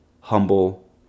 humble